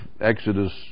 Exodus